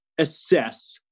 assess